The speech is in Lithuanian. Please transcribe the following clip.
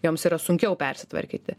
joms yra sunkiau persitvarkyti